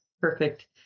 Perfect